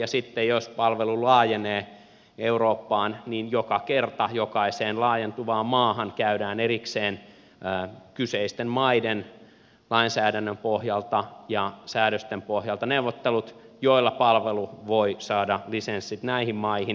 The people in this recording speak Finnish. sitten jos palvelu laajenee eurooppaan niin joka kerta jokaiseen laajentuvaan maahan käydään erikseen kyseisten maiden lainsäädännön pohjalta ja säädösten pohjalta neuvottelut joilla palvelu voi saada lisenssit näihin maihin